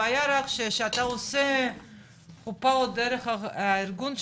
הבעיה רק שאתה עושה דרך הארגון שלך,